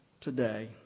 today